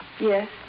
Yes